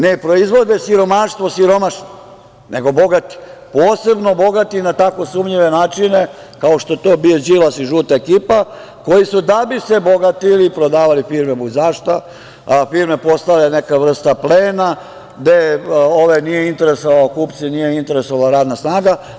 Ne proizvode siromaštvo siromašni, nego bogati, posebno bogati na tako sumnjive načine kao što je to bio Đilas i žuta ekipa koji su, da bi se bogatili, prodavali firme budzašto, firme postale neka vrsta plena, gde ove nije interesovala, kupce, radna snaga.